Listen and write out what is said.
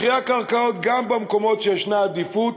מחירי הקרקעות, גם במקומות שישנה עדיפות,